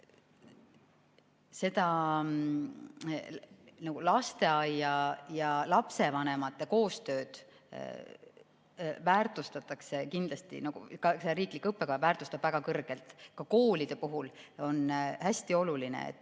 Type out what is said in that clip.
Seda lasteaia ja lapsevanemate koostööd väärtustatakse kindlasti, ka riiklik õppekava väärtustab seda väga kõrgelt. Ka koolide puhul on hästi oluline, et